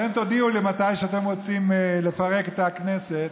אתם תודיעו לי מתי אתם רוצים לפרק את הכנסת,